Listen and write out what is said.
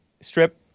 strip